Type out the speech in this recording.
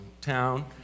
town